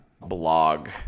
blog